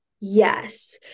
Yes